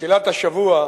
בתחילת השבוע,